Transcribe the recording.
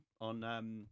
on